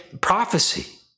prophecy